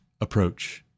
approach